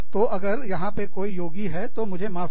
तो अगर यहां पर कोई योगी है तो मुझे माफ करें